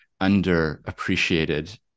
underappreciated